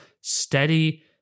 steady